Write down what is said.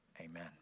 Amen